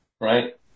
right